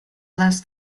less